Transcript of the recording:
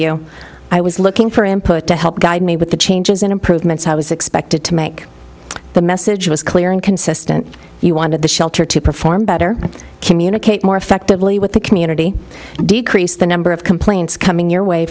o i was looking for input to help guide me with the changes in improvements i was expected to make the message was clear and consistent you wanted the shelter to perform better communicate more effectively with the community decrease the number of complaints coming your way